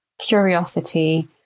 curiosity